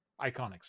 iconics